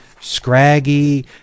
Scraggy